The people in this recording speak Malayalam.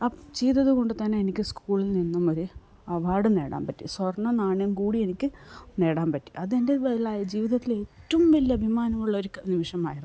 ആ ചെയ്തതു കൊണ്ട് തന്നെ എനിക്ക് സ്കൂളിൽ നിന്നും ഒരു അവാർഡ് നേടാൻ പറ്റി സ്വർണ നാണയം കൂടി എനിക്ക് നേടാൻ പറ്റി അതെൻ്റെ ജീവിതത്തിലെ ഏറ്റവും വലിയ അഭിമാനമുള്ള ഒരു നിമിഷമായിരുന്നു